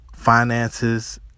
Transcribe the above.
finances